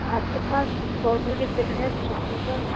आपके पास कुछ पौधे फूल